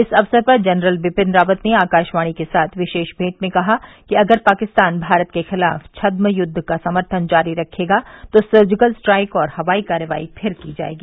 इस अवसर पर जनरल विपिन रावत ने आकाशवाणी के साथ विशेष भेंट में कहा कि अगर पाकिस्तान भारत के खिलाफ छद्म युद्व का समर्थन जारी रखेगा तो सर्जिकल स्ट्राइक और हवाई कार्रवाई फिर की जाएगी